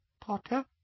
Potter